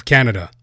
Canada